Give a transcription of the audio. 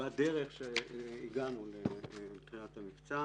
בדרך שהגענו לתחילת המבצע.